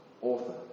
author